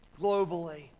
globally